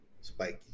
spiky